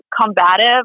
combative